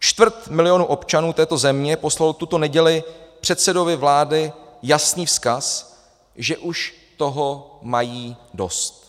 Čtvrt milionu občanů této země poslalo tuto neděli předsedovi vlády jasný vzkaz, že už toho mají dost.